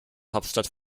hauptstadt